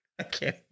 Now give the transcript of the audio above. Okay